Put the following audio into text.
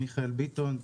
מיכאל ביטון.